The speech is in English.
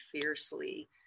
fiercely